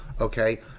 okay